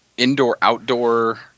Indoor-outdoor